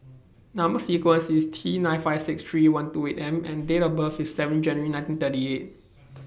Number sequence IS T nine five six three one two eight M and Date of birth IS seven January nineteen thirty eight